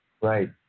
Right